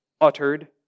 uttered